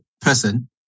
person